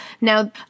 Now